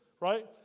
Right